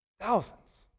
Thousands